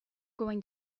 going